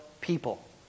people